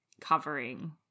covering